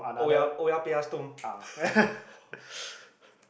oh-yah oh-yah-beh-yah-som